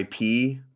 IP